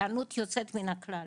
ההיענות יוצאת מן הכלל,